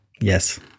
Yes